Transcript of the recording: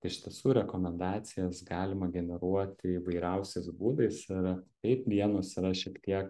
iš tiesų rekomendacijas galima generuoti įvairiausiais būdais ir taip vienos yra šiek tiek